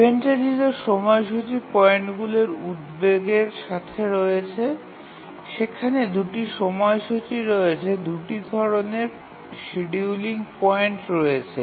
event চালিত সময়সূচী পয়েন্টগুলি উদ্বেগের সাথে রয়েছে সেখানে দুটি সময়সূচী রয়েছে দুটি ধরণের শিডিয়ুলিং পয়েন্ট রয়েছে